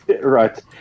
Right